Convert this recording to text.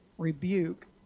Rebuke